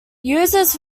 users